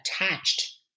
attached